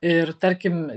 ir tarkim